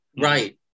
Right